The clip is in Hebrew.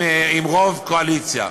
עם רוב של הקואליציה.